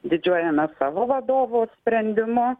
didžiuojamės savo vadovo sprendimu